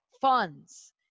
funds